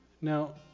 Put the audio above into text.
now